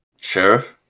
Sheriff